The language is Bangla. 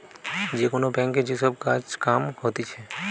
যে কোন ব্যাংকে যে সব কাজ কাম হতিছে